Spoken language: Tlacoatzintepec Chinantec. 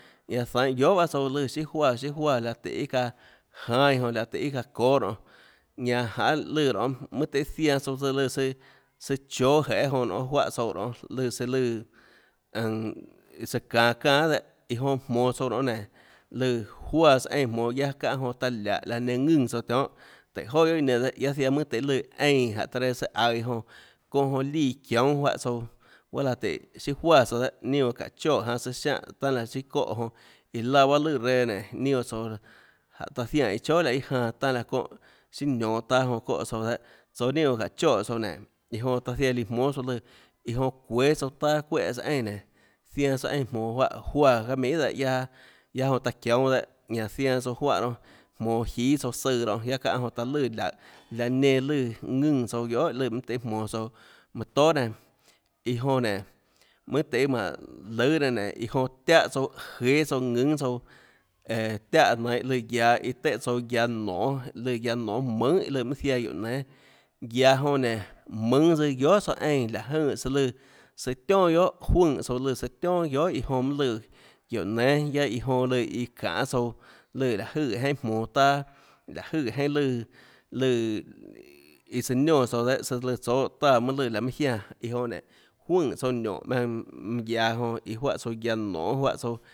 Ñaã zainhå guiohà baâ tsouã lùã siâ juáã siâ juáã laå tøhê iâ çaã jánâ iã jonã laå tøhê iâ çaã çoâ nonê ñanã janê lùã nonê mønâ tøhê ziaã tsouã tsøã lùãtsø søã chùâ jeê jonã nonê juáhå tsouã nonê lùã søã lùã ønmå tsøã çanå çanâ dehâ iã jonã monå tsouã nonê nénã lùãjuáã tsøã eínã jmonå guiaã çánhã jonã taã liáhå laã nenã ðùnã tsouã nénâ tùhå joà guiohà nenã dehâ ziaã mønâ tøhê lùã eínã iã jonã jánhå taã reã søã aøå iã jonã çounâ jonã líã çiónâ juáhã tsouãguaâlaã tùhå chiâ juáã tsouã dehâ ninâ oå çaã choè janã søã siánhã tanâ laã siâ çóhã jonã iã laã bahâ lùã reã nénå ninâ guã tsoå jánhå taã zianè chóà laå â janã tanâ aã çónhã siâ nionå taâ jonã çóhãtsouã dehâ tsoå ninâ juáhã çaâ choè tsouã nénå iã jonã aã ziaã líã jmónâ tsouã lùã iã joã çuéâ tsouã taâ çuéhã tsøã eínã nénå zianã tsøã eínã jmonå juáhã juáã çaâ minhà dehâ guiaâ guiaâ jonã taã çiónâ dehâ ñanã zianã tsouã juáhã nonê jmonå jíâ tsouã søã nonê guiaâ çáhã jonã taã lùã laùhå laã nenã lùã ðùnã tsouã guiohà lùã mønâ tøhê jmonå tsouã mønã tóà nenã iå jonã nénå mønâ øhê mánå lùâ nenã nénå jonã tiáhã tsouã jéâ ðùnâ tsouã õõå tiáhã nainhå lùã guiaå iã tùhã tsouã guiaå nonê løã guiaå nonê mønhà lùã mønâ ziaã guióånénâ guiaå jonã nénå mùnâ tsøã guiohà saã eínã láhå jønè søã lùnã søã tionà guiohà juøè søã lùã søã tionà guiohà iã jonã mønâ lùãguióhå nénâ guiaâ iã jonã lùã iã çanê tsouã lùã láhå jøè jeinhâ jmonå taâ láhå jøè jeinhâ lùã lùã iã søã niónã tsouã dehâ søã lùã tsóâ táã lahê mønâ lùã laå mønâ jiánã iã jonã nénå juønè tsouã niónhå maùnã mønâ guiaå jonã iãjuáã tsouã guiaå nonê juáhã tsouã